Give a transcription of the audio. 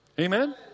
Amen